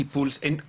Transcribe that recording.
אין התערבות.